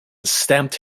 stamped